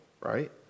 right